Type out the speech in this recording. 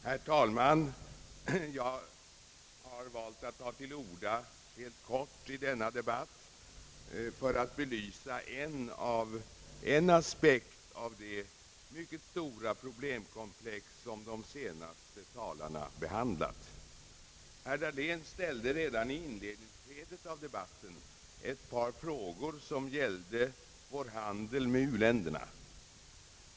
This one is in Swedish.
Herr talman! Jag har valt att ta till orda helt kort i denna debatt för att belysa en aspekt i det mycket stora problemkomplex som de senaste talarna har behandlat. Herr Dahlén ställde redan i inledningsskedet av debatten ett par frågor som gällde vår handel med u-länderna.